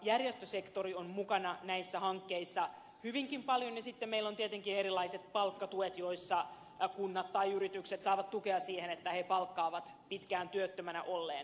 järjestösektori on mukana näissä hankkeissa hyvinkin paljon ja sitten meillä on tietenkin erilaiset palkkatuet joissa kunnat tai yritykset saavat tukea siihen että he palkkaavat pitkään työttömänä olleen